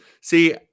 see